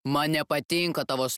man nepatinka tavo